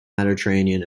mediterranean